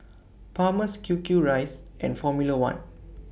Palmer's Q Q Rice and Formula one